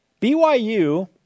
BYU